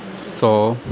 ਸੌ